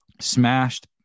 Smashed